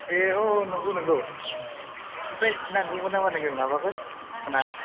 ए औ औ नंगौ नंगौ आमफ्राय नांगौमोन नामा नोंनो माबाफोर सना